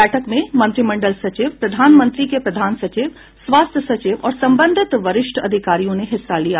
बैठक में मंत्रिमंडल सचिव प्रधानमंत्री के प्रधान सचिव स्वास्थ सचिव और संबंधित वरिष्ठ अधिकारियों ने हिस्सा लिया